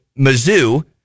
Mizzou